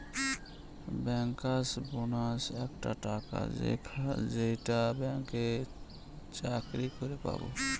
bankers bonus একটা টাকা যেইটা ব্যাঙ্কে চাকরি করে পাবো